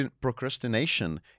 Procrastination